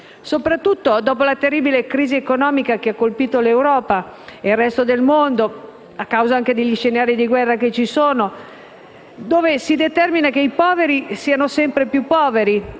Soprattutto dopo la terribile crisi economica che ha colpito l'Europa e il resto del mondo, anche a causa degli scenari di guerra presenti, dove i poveri sono sempre più poveri,